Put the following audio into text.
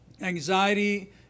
anxiety